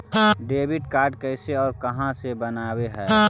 Debit card कैसे और कहां से बनाबे है?